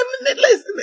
listen